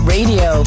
Radio